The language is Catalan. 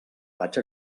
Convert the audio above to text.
vaig